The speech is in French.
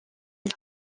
ils